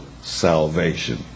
salvation